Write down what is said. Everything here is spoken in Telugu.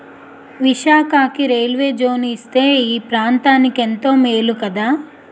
విశాఖకి రైల్వే జోను ఇస్తే ఈ ప్రాంతనికెంతో మేలు కదా